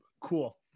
cool